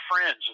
friends